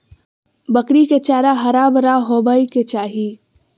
बकरी के चारा हरा भरा होबय के चाही